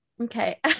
okay